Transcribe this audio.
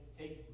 take